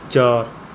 ਚਾਰ